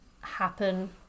happen